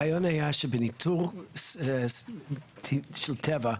הרעיון היה שבניטור של טבע,